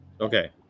Okay